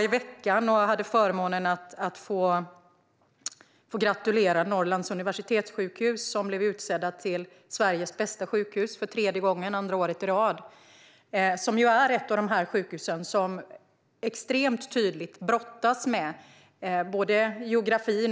I veckan hade jag förmånen att få gratulera Norrlands universitetssjukhus som utsetts till Sveriges bästa sjukhus för tredje gången andra året i rad. Det är ett av de sjukhus som brottas med geografin.